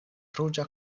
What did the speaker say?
ruĝa